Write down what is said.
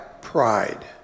pride